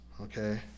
okay